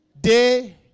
day